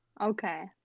Okay